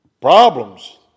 problems